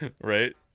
Right